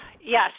Yes